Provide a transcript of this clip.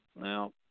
Now